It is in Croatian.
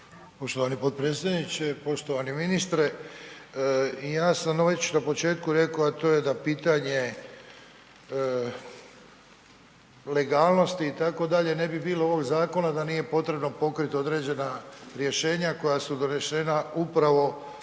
Poštovani potpredsjedniče, poštovani ministre. Ja sam već na početku rekao, a to je da pitanje legalnosti itd. ne bi bilo ovog zakona da nije potrebno pokriti određena rješenja koja su donešena upravo